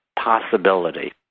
possibility